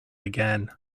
again